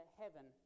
heaven